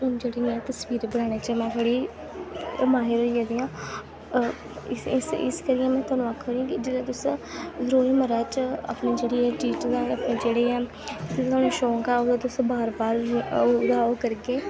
हून जेह्ड़ी में तसबीर बनाने च में थोह्ड़ी माहिर होई गेदी आं इस इस इस करियै में तोआनूं आक्खा निं कि जेह्ड़े तुस रोजमर्रा च अपनी जेह्ड़ी एह् चीजें दा जेह्ड़ी ऐ जेह्दा थोआनूं शौक ऐ ओह् तुस बार बार जे ओह्दा ओह् करगे